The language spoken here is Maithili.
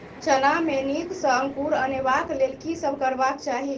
चना मे नीक सँ अंकुर अनेबाक लेल की सब करबाक चाहि?